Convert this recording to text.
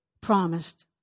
promised